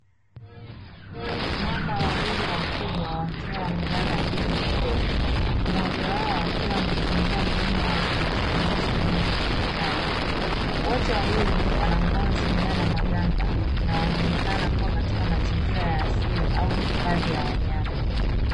Mamba wawili wakubwa wakiwa wamelala juu ya mwamba, mmoja wao akiwa amefungua mdomo wake na kuonyesha meno yake makali, wote wawili wana ngozi iliyo na magamba na wanaonekana kuwa katika mazingira ya asili au hifadhi ya wanyama.